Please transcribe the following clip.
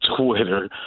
Twitter